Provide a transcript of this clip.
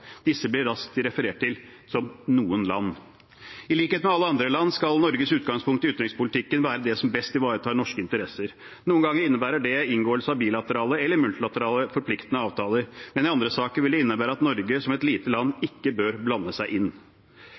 Disse blir raskt referert til som «noen land». I likhet med alle andre land skal Norges utgangspunkt i utenrikspolitikken være det som best ivaretar norske interesser. Noen ganger innebærer det inngåelse av bilaterale eller multilaterale forpliktende avtaler, men i andre saker vil det innebære at Norge som et lite land ikke bør blande seg inn